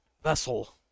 Vessel